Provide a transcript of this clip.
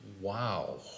Wow